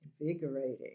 invigorating